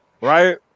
right